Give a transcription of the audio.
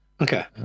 Okay